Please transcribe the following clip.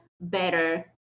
better